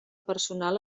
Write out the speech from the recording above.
personal